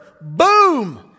boom